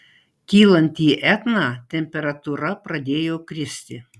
kylant į etną temperatūra pradėjo kristi